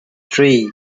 three